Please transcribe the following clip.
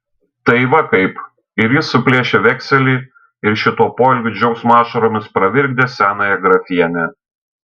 tai va kaip ir jis suplėšė vekselį ir šituo poelgiu džiaugsmo ašaromis pravirkdė senąją grafienę